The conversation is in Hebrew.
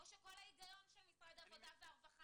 או שכל ההיגיון של משרד העבודה והרווחה